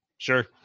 Sure